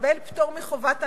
לקבל פטור מחובת הנחה,